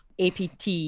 APT